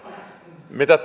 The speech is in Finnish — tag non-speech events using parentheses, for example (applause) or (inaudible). mitä (unintelligible)